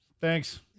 Thanks